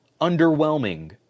underwhelming